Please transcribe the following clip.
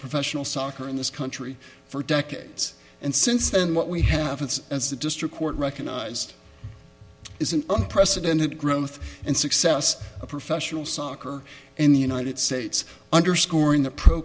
professional soccer in this country for decades and since then what we have it's as a district court recognized is an unprecedented growth and success of professional soccer in the united states underscoring the pro